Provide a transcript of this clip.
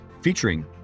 featuring